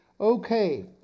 Okay